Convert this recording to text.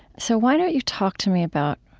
so why don't you talk to me about,